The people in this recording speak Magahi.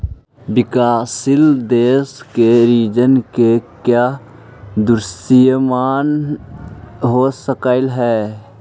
विकासशील देशों के ऋण के क्या दुष्परिणाम हो सकलई हे